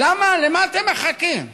למה אתם מחכים?